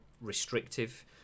restrictive